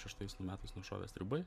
šeštais nu metais nušovė stribai